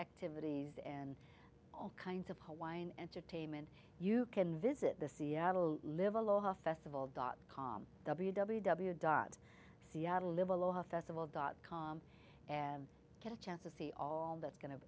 activities and all kinds of hawaiian entertainment you can visit the seattle live aloha festival dot com w w w dot seattle live aloha festival dot com and get a chance to see all that